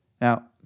Now